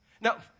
Now